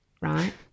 right